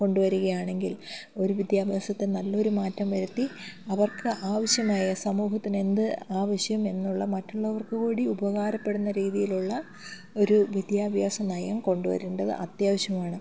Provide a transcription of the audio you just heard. കൊണ്ടുവരികയാണെങ്കിൽ ഒരു വിദ്യാഭ്യാസത്തെ നല്ലൊരു മാറ്റം വരുത്തി അവർക്ക് ആവശ്യമായ സമൂഹത്തിന് എന്ത് ആവശ്യം എന്നുള്ള മറ്റുള്ളവർക്ക് കൂടി ഉപകാരപ്പെടുന്ന രീതിയിലുള്ള ഒരു വിദ്യാഭ്യാസ നയം കൊണ്ടുവരേണ്ടത് അത്യാവശ്യമാണ്